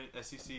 SEC